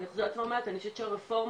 אבא שלי גם חלק מהלולים החדשים של הרפורמה.